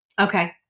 Okay